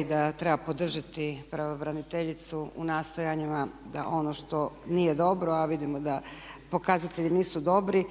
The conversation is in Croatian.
i da treba podržati pravobraniteljicu u nastojanjima da ono što nije dobro a vidimo da pokazatelji nisu dobri,